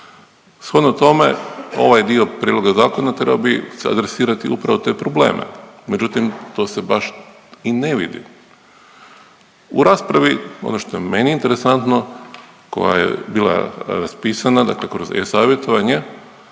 Shodno tome, ovaj dio prijedloga zakona treba bi adresirati upravo te probleme, međutim to se baš i ne vidi. U raspravi, ono što je meni interesantno, koja je bila raspisana, dakle kroz e-savjetovanje,